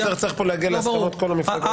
אתה צריך להגיע להסכמות עם כל המפלגות.